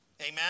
Amen